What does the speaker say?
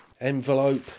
envelope